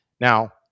Now